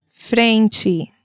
Frente